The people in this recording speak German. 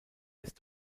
ist